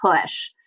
push